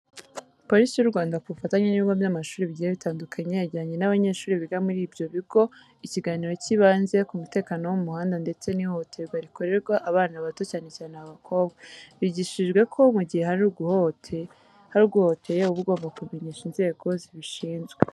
Police y'u Rwanda ku bufatanye n'ibigo by'amashuri bigiye bitandukanye, yagiranye n'abanyeshuri biga muri ibyo bigo ikiganiro kibanze ku mutekano wo mu muhanda ndetse n'ihohoterwa rikorerwa abana bato cyane cyane ab'abakobwa. Bigishijwe ko mu gihe hari uguhohoteye uba ugomba kubimenyesha inzego zibishinzwe.